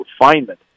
refinement